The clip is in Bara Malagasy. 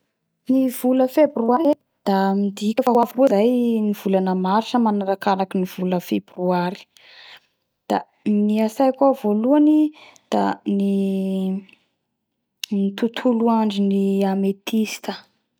La mieritseritsy ny vola febroary koa iaho da midika ho midika ho volana fohy ny volana febroary da gnatsaiko lafa tonga volana febroary da ny Saint Valentin fetin'ny mpifakatia.